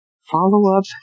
Follow-up